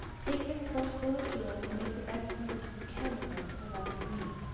take this purse full of jewels and make the best use you can of them for love of me,